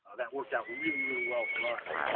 that worked out really, really well for us,